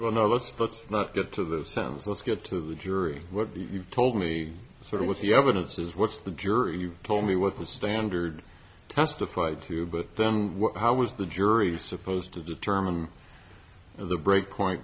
will now let's put not get to the sounds let's go to the jury what you told me sort of what the evidence is what's the jury you told me what the standard testified to but then how was the jury supposed to determine the break point